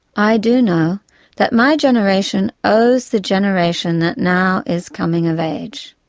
i do know that my generation owes the generation that now is coming of age.